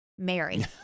Mary